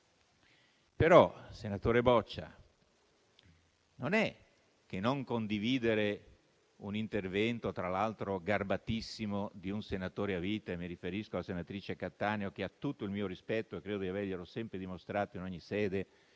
Però, senatore Boccia, non è che non condividere un intervento, tra l'altro garbatissimo, di un senatore a vita - mi riferisco alla senatrice Cattaneo, che ha tutto il mio rispetto e credo di averglielo sempre dimostrato in ogni sede